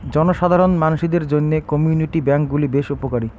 জনসাধারণ মানসিদের জইন্যে কমিউনিটি ব্যাঙ্ক গুলি বেশ উপকারী